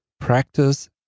practice